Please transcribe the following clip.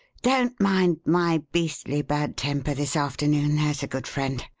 don't mind my beastly bad temper this afternoon, there's a good friend.